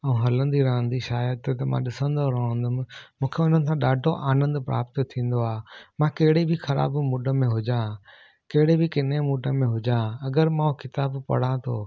ऐं हलंदी रहंदी शायदि त मां ॾिसंदो रहंदुमि मूंखे हुननि सां ॾाढो आनंदु प्राप्त थींदो आहे मां कहिड़ी बि ख़राब मूड में हुजां कहिड़े बि किने मूड में हुजां अगरि मां किताब पढ़ा थो